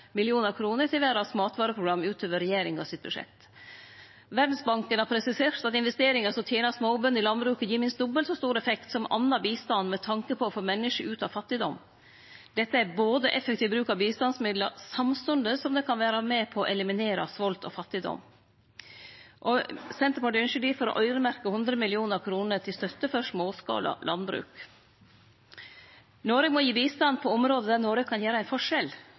til Verdas matvareprogram utover regjeringa sitt budsjett. Verdsbanken har presisert at investeringar som tener småbønder i landbruket, gir minst dobbelt så stor effekt som annan bistand med tanke på å få menneske ut av fattigdom. Dette er effektiv bruk av bistandsmidlar, samstundes som det kan vere med på å eliminere svolt og fattigdom. Senterpartiet ynskjer difor å øyremerkje 100 mill. kr til støtte for småskala landbruk. Noreg må gi bistand på område der Noreg kan gjere ein forskjell.